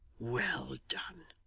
well done,